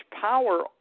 power